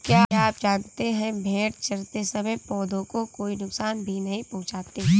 क्या आप जानते है भेड़ चरते समय पौधों को कोई नुकसान भी नहीं पहुँचाती